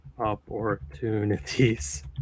opportunities